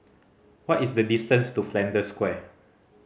what is the distance to Flanders Square